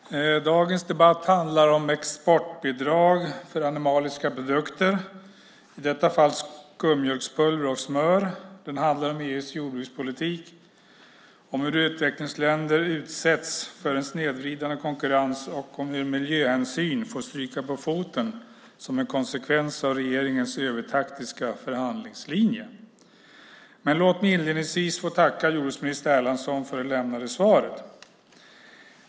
Herr talman! Dagens debatt handlar om exportbidrag för animaliska produkter, i detta fall skummjölkspulver och smör. Den handlar om EU:s jordbrukspolitik, om hur utvecklingsländer utsätts för en snedvridande konkurrens och om hur miljöhänsyn får stryka på foten som en konsekvens av regeringens övertaktiska förhandlingslinje. Låt mig inledningsvis få tacka jordbruksminister Erlandsson för det lämnade svaret.